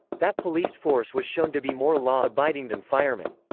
that police force was shown to be more law-abiding than firemen.